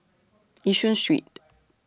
Yishun Street